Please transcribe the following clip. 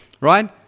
right